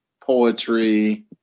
poetry